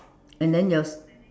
and then your